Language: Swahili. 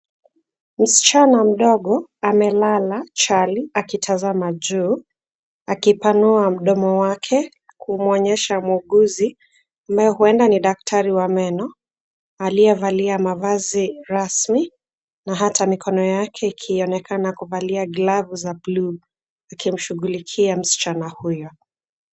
Msichana mdogo amelala chali akitazama juu, akipanua mdomo wake kumuonyesha muuguzi, ambaye huenda ni daktari wa meno aliyevalia mavazi rasmi na ata mikono yake ikionekana kuvalia glavu za buluu, akimshugulikia msichana huyo.